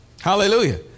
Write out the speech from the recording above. Hallelujah